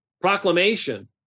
proclamation